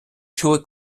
чули